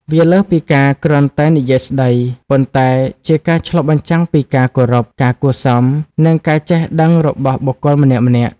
វាលើសពីការគ្រាន់តែនិយាយស្តី ប៉ុន្តែជាការឆ្លុះបញ្ចាំងពីការគោរព ការគួរសម និងការចេះដឹងរបស់បុគ្គលម្នាក់ៗ។